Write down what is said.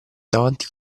davanti